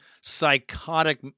psychotic